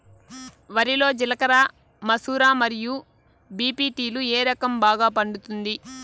వరి లో జిలకర మసూర మరియు బీ.పీ.టీ లు ఏ రకం బాగా పండుతుంది